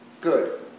good